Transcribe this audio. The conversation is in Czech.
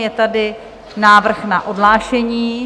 Je tady návrh na odhlášení.